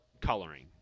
coloring